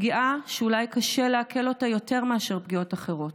פגיעה שאולי קשה לעכל אותה יותר מאשר פגיעות אחרות: